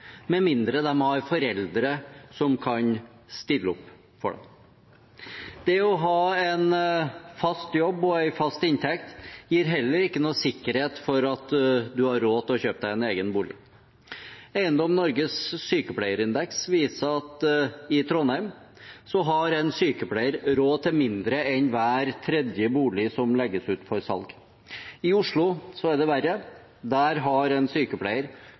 med mindre de har foreldre som kan stille opp for dem. Det å ha en fast jobb og en fast inntekt gir heller ikke noen sikkerhet for at en har råd til å kjøpe seg en egen bolig. Eiendom Norges sykepleierindeks viser at i Trondheim har en sykepleier råd til mindre enn hver tredje bolig som legges ut for salg. I Oslo er det verre. Der har en sykepleier